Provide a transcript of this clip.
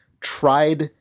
tried